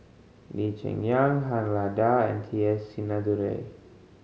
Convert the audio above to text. Lee Cheng Yan Han Lao Da and T S Sinnathuray